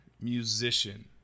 musician